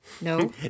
No